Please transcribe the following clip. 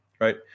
Right